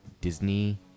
Disney